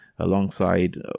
alongside